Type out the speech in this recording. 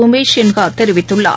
உமேஷ் சின்ஹா தெரிவித்துள்ளார்